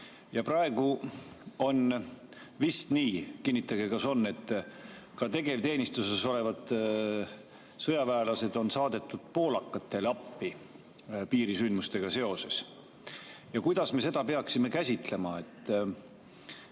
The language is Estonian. Praegu on vist nii – kinnitage, kas on –, et ka tegevteenistuses olevad sõjaväelased on saadetud poolakatele appi piirisündmustega seoses. Kuidas me seda peaksime käsitlema?